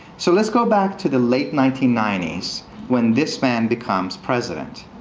so let's go back to the late nineteen ninety s when this man becomes president.